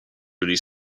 really